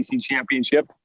championship